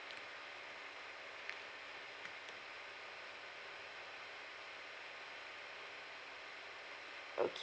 okay